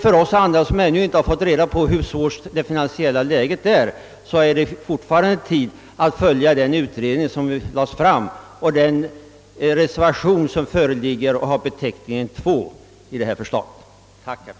För oss andra som ännu inte fått reda på hur pass svårt det finansiella läget kan vara är det fortfarande lämpligt att följa det förslag som framlagts av utredningen och som tagits upp i den föreliggande reservationen med beteckningen II. Herr talman! Jag tackar för ordet.